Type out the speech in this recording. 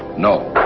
no.